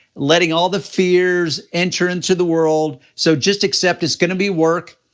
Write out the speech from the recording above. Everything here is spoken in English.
letting all the fears enter into the world, so just accept it's gonna be work,